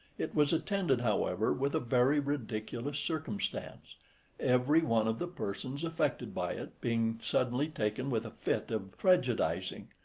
it was attended, however, with a very ridiculous circumstance every one of the persons affected by it being suddenly taken with a fit of tragedising,